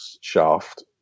shaft